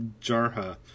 Jarha